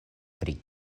pri